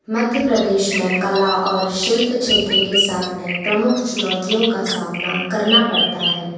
मध्य प्रदेश में कला और शिल्प क्षेत्र के सामने प्रमुख चुनौतियों का सामना करना पड़ता है